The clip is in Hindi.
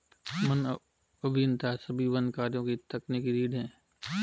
वन अभियंता सभी वन कार्यों की तकनीकी रीढ़ हैं